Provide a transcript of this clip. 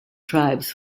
tribes